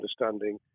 understanding